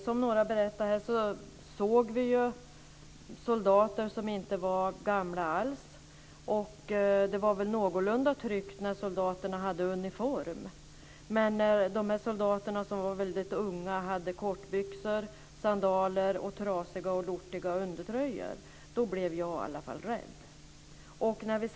Som några berättade här såg vi soldater som inte var särskilt gamla alls. Det var väl någorlunda tryggt när soldaterna hade uniform. Men när de här soldaterna som var väldigt unga hade kortbyxor, sandaler och trasiga och lortiga undertröjor blev i alla fall jag rädd.